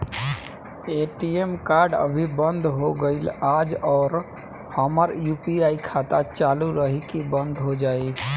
ATM card अभी बंद हो गईल आज और हमार यू.पी.आई खाता चालू रही की बन्द हो जाई?